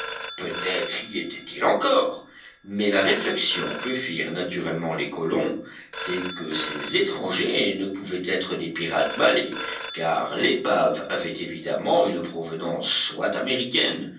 peut-être y étaient-ils encore mais la réflexion que firent naturellement les colons c'est que ces étrangers ne pouvaient être des pirates malais car l'épave avait évidemment une provenance soit américaine